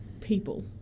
people